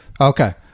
Okay